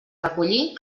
recollir